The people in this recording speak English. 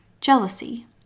Jealousy